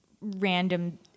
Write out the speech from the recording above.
random